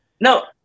No